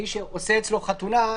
מי שעושים אצלו חתונה,